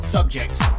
Subjects